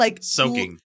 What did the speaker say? Soaking